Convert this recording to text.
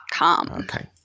Okay